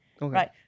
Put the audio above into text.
right